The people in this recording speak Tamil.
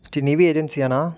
ஸ்ரீ நிவி ஏஜென்சியாண்ணா